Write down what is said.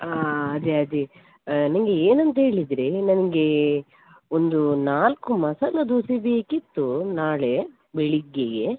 ಹಾಂ ಅದೆ ಅದೆ ನನ್ಗೆ ಏನಂತಹೇಳಿದ್ರೆ ನನಗೆ ಒಂದು ನಾಲ್ಕು ಮಸಾಲ ದೋಸೆ ಬೇಕಿತ್ತು ನಾಳೆ ಬೆಳಿಗ್ಗೆಗೆ